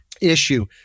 issue